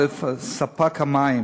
1. ספק המים,